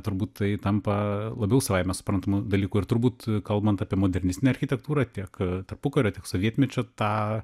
turbūt tai tampa labiau savaime suprantamu dalyku ir turbūt kalbant apie modernistinę architektūrą tiek tarpukario tiek sovietmečio tą